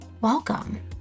Welcome